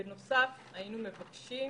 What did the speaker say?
בנוסף, היינו מבקשים